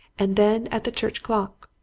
and then at the church clock.